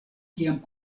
kiam